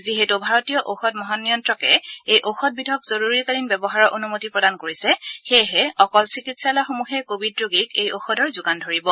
যিহেতু ভাৰতীয় ঔষধ মহানিয়ন্তকে এই ওয়ধবিধক জৰুৰীকালীন ব্যৱহাৰৰ অনূমতি প্ৰদান কৰিছে সেয়েহে অকল চিকিৎসালয়সমূহে কভিড ৰোগীক এই ওয়ধৰ যোগান ধৰিব